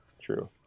True